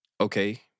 Okay